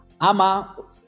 Ama